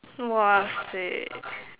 !wahseh!